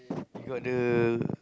they got the